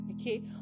okay